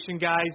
guys